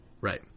Right